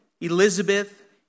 Elizabeth